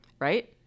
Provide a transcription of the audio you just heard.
right